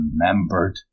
remembered